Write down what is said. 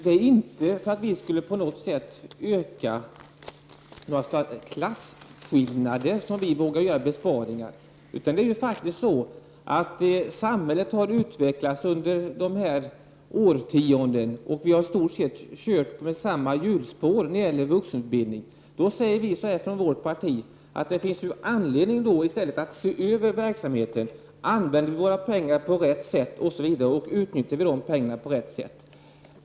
Det är inte för att vi på något sätt skulle vilja öka klasskillnaderna som vi försöker göra besparingar. Samhället har faktiskt utvecklats under de senaste årtiondena och vi har i stort sett kört i samma hjulspår när det gäller vuxenutbildningen. Då säger vi från vårt parti att det finns anledning att i stället se över verksamheten och använda våra pengar på rätt sätt, utnyttja resurserna på rätt sätt.